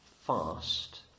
fast